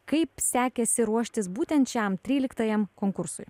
kaip sekėsi ruoštis būtent šiam tryliktajam konkursui